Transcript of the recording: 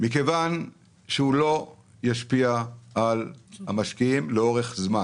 מכיוון שהוא לא ישפיע על המשקיעים לאורך זמן.